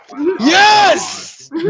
Yes